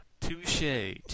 Touche